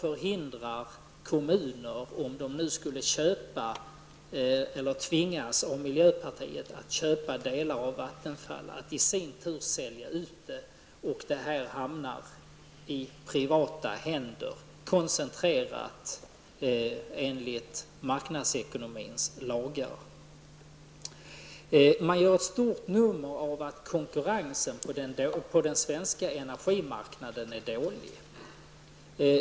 Om kommunerna nu skulle köpa, eller tvingas av miljöpartiet att köpa, delar av Vattenfall, vad förhindrar dem från att i så fall att i sin tur sälja ut dessa delar så att de hamnar i privata händer, koncentrerat, enligt marknadsekonomins lagar? Miljöpartiet gör ett stort nummer av att konkurrensen på den svenska energimarknaden är dålig.